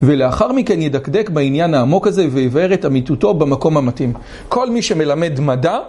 ולאחר מכן ידקדק בעניין העמוק הזה, ויבאר את אמיתותו במקום המתאים. כל מי שמלמד מדע...